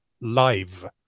live